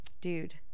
Dude